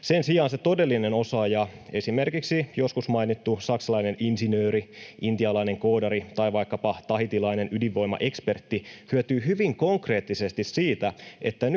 Sen sijaan se todellinen osaaja, esimerkiksi joskus mainittu saksalainen insinööri, intialainen koodari tai vaikkapa tahitilainen ydinvoimaekspertti, hyötyy hyvin konkreettisesti siitä,